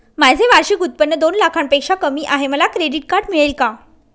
माझे वार्षिक उत्त्पन्न दोन लाखांपेक्षा कमी आहे, मला क्रेडिट कार्ड मिळेल का?